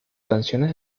canciones